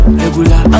regular